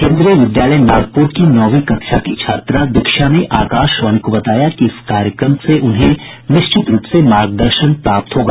केंद्रीय विद्यालय नागपुर की नौवीं कक्षा की छात्रा दीक्षा ने आकाशवाणी को बताया कि इस कार्यक्रम से उन्हें निश्चित रूप से मार्गदर्शन प्राप्त होगा